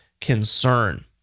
concern